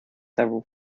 several